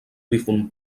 difunt